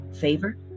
favor